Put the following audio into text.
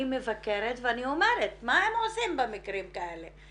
מבקרת ואני אומרת מה הם עושים במקרים כאלה,